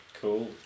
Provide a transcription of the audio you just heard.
Cool